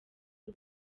uru